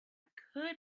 could